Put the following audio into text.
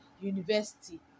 university